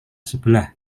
sebelah